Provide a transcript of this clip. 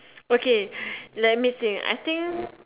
okay let me think I think